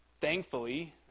Thankfully